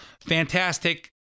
fantastic